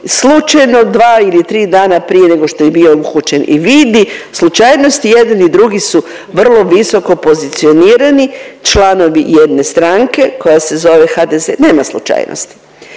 slučajno 2 ili 3 dana prije nego što je bio uhvaćen. I vi bi slučajnosti jedan i drugi su vrlo visoko pozicionirani članovi jedne stranke koja se zove HDZ. Nema slučajnosti.